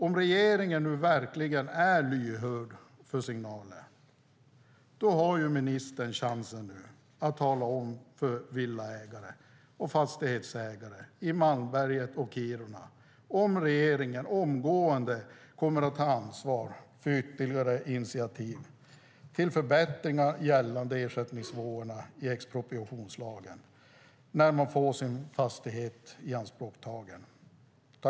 Om regeringen nu verkligen är lyhörd för signaler har ju ministern nu chansen att tala om för villaägare och fastighetsägare i Malmberget och Kiruna om regeringen omgående kommer att ta ansvar för ytterligare initiativ till förbättringar gällande ersättningsnivåerna i expropriationslagen när människor får sina fastigheter ianspråktagna.